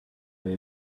way